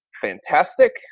fantastic